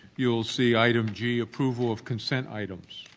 you'll see item g, approval of consent items,